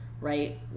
right